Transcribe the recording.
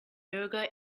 yoga